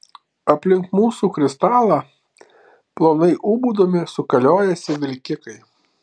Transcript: aplink mūsų kristalą plonai ūbaudami sukaliojosi vilkikai